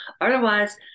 Otherwise